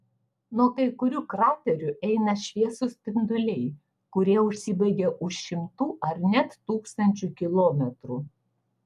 nuo kai kurių kraterių eina šviesūs spinduliai kurie užsibaigia už šimtų ar net tūkstančių kilometrų